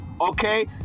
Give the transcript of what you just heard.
Okay